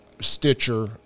Stitcher